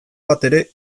batere